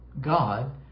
God